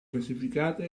classificata